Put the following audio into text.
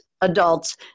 adults